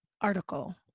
article